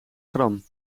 gram